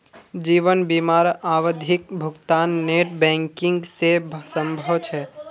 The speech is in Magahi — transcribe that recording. जीवन बीमार आवधिक भुग्तान नेट बैंकिंग से संभव छे?